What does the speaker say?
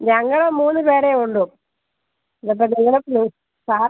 ഞങ്ങൾ മൂന്ന് പേരെ ഉള്ളൂ ഇത് ഇപ്പോൾ സാർ